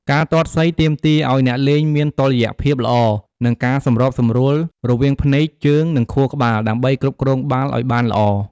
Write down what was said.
ការទាត់សីទាមទារឱ្យអ្នកលេងមាន តុល្យភាព ល្អ និងការសម្របសម្រួលរវាងភ្នែក ជើង និងខួរក្បាល ដើម្បីគ្រប់គ្រងបាល់ឲ្យបានល្អ។